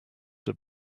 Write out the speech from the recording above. have